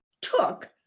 took